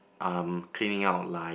um cleaning out like